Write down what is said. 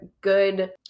good